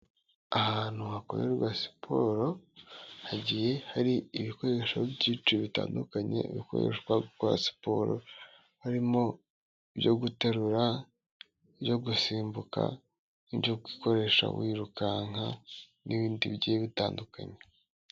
Ahantu hakorerwa siporo hagiye hari ibikoresho byinshi bitandukanye bikoreshwa mu gukora siporo, harimo ibyo guterura, ibyo gusimbuka n'ibyo gukoresha wirukanka n'ibindi bigiye bitandukanye.